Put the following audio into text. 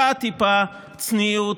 טיפה טיפה צניעות,